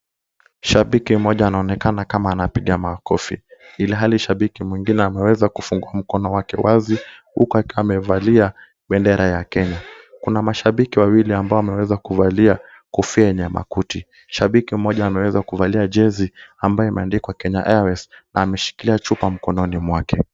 Shabiki mmoja anaonekana kama anapiga makofi ilhali shabiki mwingine ameweza kufungua mkono wake wazi, huku akiwa amevalia bendera ya Kenya. Kuna mashabiki wawili ambao wameweza kuvalia kofia ya makuti. Shabiki mmoja ameweza kuvalia jezi ambayo imeandikwa Kenya Airways na ameshikilia chupa mkononi mwake.